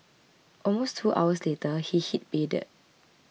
almost two hours later he hit pay dirt